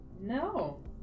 No